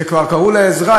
כשקראו לעזרה,